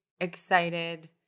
excited